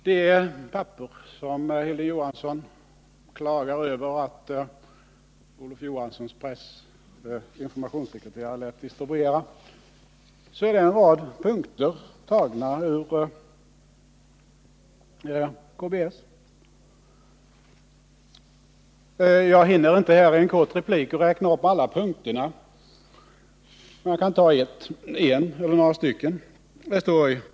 Det papper som Hilding Johansson klagar över att Olof Johanssons informationssekreterare lät distribuera innehåller en rad punkter tagna från KBS. Dessa punkter anger de krav som skall uppställas. Jag hinner här inte redogöra för alla kraven, men jag kan läsa upp några.